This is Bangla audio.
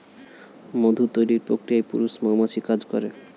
মধু তৈরির প্রক্রিয়ায় পুরুষ মৌমাছি কাজ করে